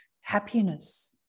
happiness